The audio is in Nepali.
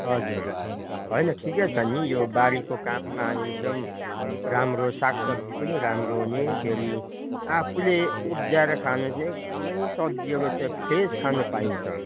हजुर होइन ठिकै छ नि यो बारीको काम एकदम राम्रो साग सब्जी पनि राम्रो हो नि फेरि आफूले उब्जाएर खानु चाहिँ एकदमै सब्जीहरू चाहिँ फ्रेस खानु पाइन्छ